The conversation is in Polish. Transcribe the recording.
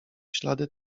ślady